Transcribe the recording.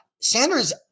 Sanders